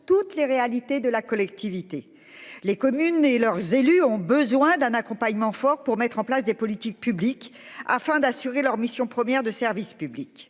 toutes les réalités de la collectivité. Les communes et leurs élus ont besoin d'un accompagnement fort pour mettre en place des politiques publiques afin d'assurer leur mission première de service public